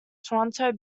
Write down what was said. toronto